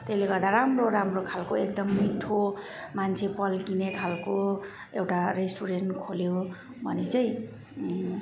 त्यसले गर्दा राम्रो राम्रो खालको एकदम मिठो मान्छे पल्किने खालको एउटा रेस्टुरेन्ट खोल्यो भने चाहिँ